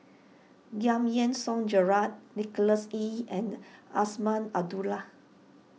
Giam Yean Song Gerald Nicholas Ee and Azman Abdullah